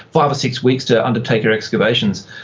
five or six weeks to undertake your excavations.